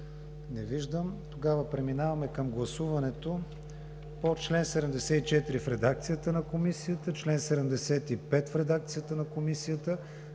Не виждам. Преминаваме към гласуването по чл. 74 в редакцията на Комисията; чл. 75 в редакцията на Комисията;